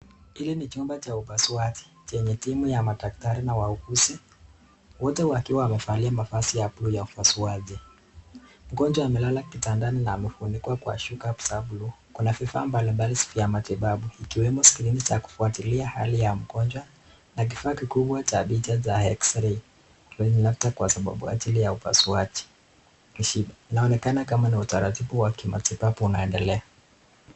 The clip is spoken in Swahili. Hili ni chumba cha upaswaji chenye timu ya madakitari na wauguzi wote wakiwa wamevalia mavazi ya upaswaji. Mgonjwa amelala kitandani na amefunikwa kwa shuka za buluu kuna vifaa mbali mbali siku ya matibabu ikiwemo [screen] za kufwaatilia hali ya mgonjwa na kifaa mkubwa cha picha cha [xray].. kwa ajili ya upaswaji. Inaonekana kama ni utaratibu aa kimatibabu unaendelea.